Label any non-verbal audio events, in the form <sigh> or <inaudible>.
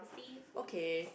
<noise> okay